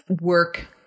work